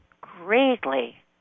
greatly